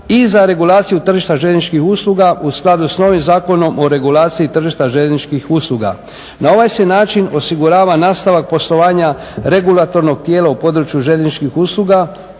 i za regulaciju tržišta željezničkih usluga u skladu sa novim Zakonom o regulaciji tržišta željezničkih usluga. Na ovaj se način osigurava nastavak poslovanja regulatornog tijela u području željezničkih usluga